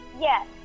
Yes